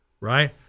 Right